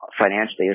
financially